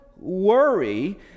Worry